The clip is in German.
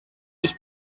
ich